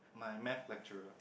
my Math lecturer